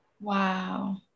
Wow